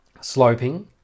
sloping